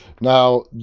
Now